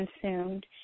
consumed